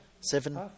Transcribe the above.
seven